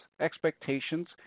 expectations